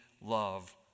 love